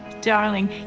darling